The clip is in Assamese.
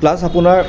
প্লাছ আপোনাৰ